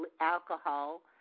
alcohol